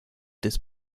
des